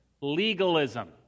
legalism